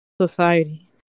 society